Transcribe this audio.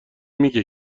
میگه